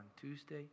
Tuesday